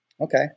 Okay